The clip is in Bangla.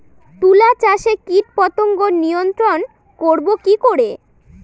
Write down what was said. তুলা চাষে কীটপতঙ্গ নিয়ন্ত্রণর করব কি করে?